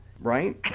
right